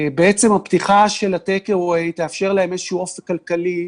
הפתיחה של הטייק-אווי תאפשר להם איזשהו אופק כלכלי,